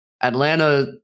Atlanta